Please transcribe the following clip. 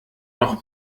noch